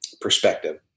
perspective